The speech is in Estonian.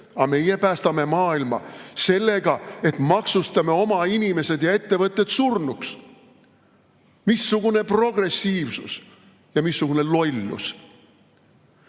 Aga meie päästame maailma sellega, et maksustame oma inimesed ja ettevõtted surnuks. Missugune progressiivsus! Ja missugune lollus! Ja